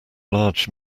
large